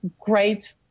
great